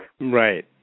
Right